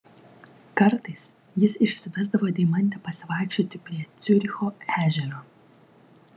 kartais jis išsivesdavo deimantę pasivaikščioti prie ciuricho ežero